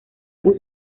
uso